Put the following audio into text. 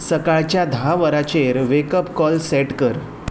सकाळच्या धा वरांचेर वेक अप कॉल सेट कर